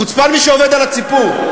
חוצפן מי שעובד על הציבור,